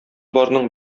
барның